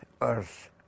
earth